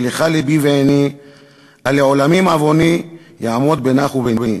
כי לך לבי ועיני / הלעולמים עווני / יעמוד בינך וביני".